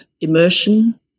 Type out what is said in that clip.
immersion